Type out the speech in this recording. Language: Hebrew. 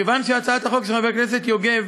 כיוון שהצעת החוק של חבר הכנסת יוגב